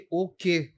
okay